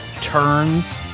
turns